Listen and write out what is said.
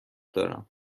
دارم